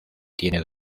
tienen